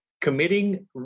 committing